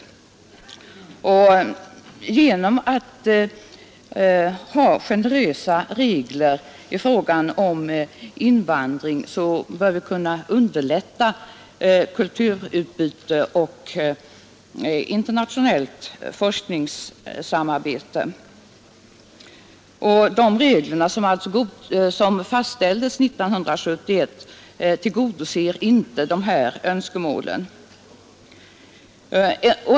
Vi menar också att generösa invandringsregler kan underlätta kulturutbytet och det internationella forskningssamarbetet. De regler som fastställdes 1971 tillgodoser inte dessa önskemål.